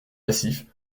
massifs